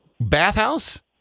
Bathhouse